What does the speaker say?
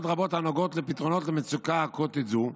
רבות הנוגעות לפתרונות למצוקה אקוטית זו,